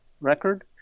Record